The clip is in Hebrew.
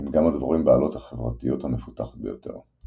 הן גם הדבורים בעלות החברתיות המפותחת ביותר.